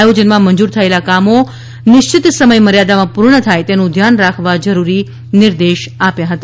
આયોજનમાં મંજૂર થયેલા કામો નિશ્ચિત સમયમર્યાદામાં પૂર્ણ થાય તેનું ધ્યાન રાખવા જરુરી નિર્દેશ આપ્યા હતા